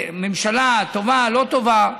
ממשלה טובה, לא טובה,